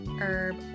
Herb